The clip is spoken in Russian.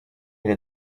или